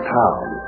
town